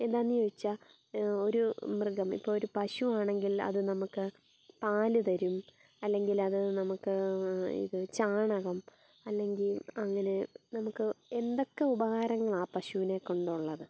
എന്താന്ന് ചോദിച്ചാൽ ഒരു മൃഗം ഇപ്പം ഒരു പശു ആണെങ്കിൽ അത് നമുക്ക് പാൽ തരും അല്ലെങ്കിലത് നമുക്ക് ഇത് ചാണകം അല്ലെങ്കിൽ അങ്ങനെ നമുക്ക് എന്തൊക്കെ ഉപകാരങ്ങളാണ് ആ പശൂനെ കൊണ്ട് ഉള്ളത്